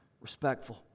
respectful